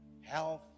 health